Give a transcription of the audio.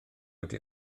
ydy